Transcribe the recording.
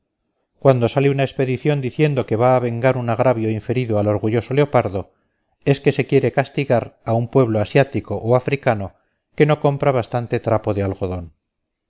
cuando sale una expedición diciendo que va a vengar un agravio inferido al orgulloso leopardo es que se quiere castigar a un pueblo asiático o africano que no compra bastante trapo de algodón